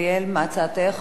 מסכימה.